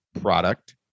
product